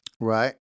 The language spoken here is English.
Right